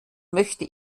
möchte